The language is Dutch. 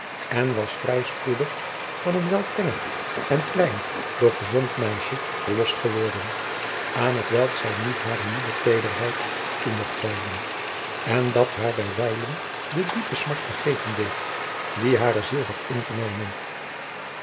en was vrij voorspoedig van een wel tenger en jacob van lennep de pleegzoon klein doch gezond meisje verlost geworden aan t welk zij nu hare moedertederheid toe mocht wijden en dat haar bij wijlen de diepe smart vergeten deed die hare ziel had ingenomen